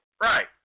Right